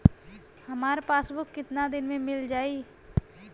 हमार पासबुक कितना दिन में मील जाई?